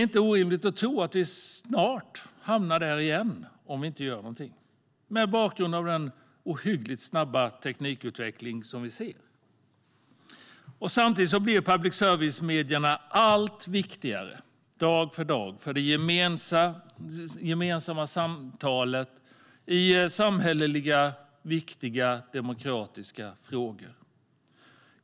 Mot bakgrund av den snabba teknikutveckling som vi ser är det inte orimligt att tro att vi snart hamnar där igen om vi inte gör någonting. Samtidigt blir public service-medierna dag för dag allt viktigare för det gemensamma samtalet i samhälleligt viktiga demokratiska frågor.